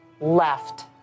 left